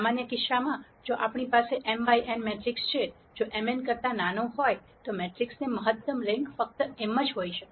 સામાન્ય કિસ્સામાં જો મારી પાસે m by n મેટ્રિક્સ છે જો m n કરતા નાનો હોય તો મેટ્રિક્સનો મહત્તમ રેન્ક ફક્ત m જ હોઈ શકે